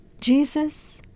Jesus